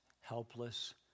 helpless